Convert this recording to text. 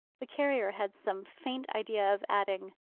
the carrier had some faint idea of adding,